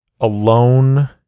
alone